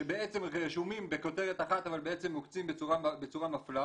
שבעצם רשומים בכותרת אחת אבל בעצם מוקצים בצורה מפלה,